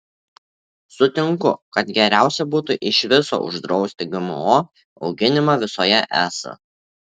sutinku kad geriausia būtų iš viso uždrausti gmo auginimą visoje es